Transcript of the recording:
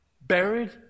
buried